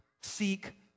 Seek